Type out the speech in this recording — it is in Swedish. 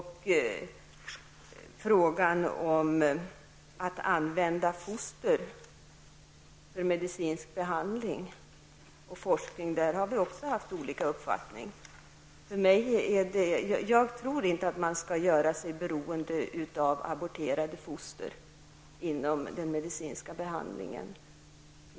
I frågan om att använda foster för medicinsk behandling och forskning har vi också haft olika uppfattningar. Jag tror inte att man skall göra sig beroende av aborterade foster inom den medicinska behandlingen.